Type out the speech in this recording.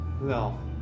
No